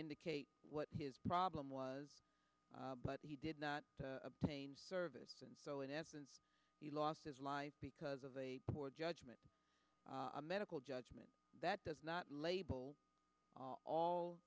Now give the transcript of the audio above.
indicate what his problem was but he did not obtain service and so in essence he lost his life because of a poor judgment a medical judgment that does not label all